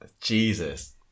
Jesus